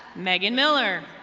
megan miller.